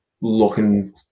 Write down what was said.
looking